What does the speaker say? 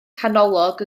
canolog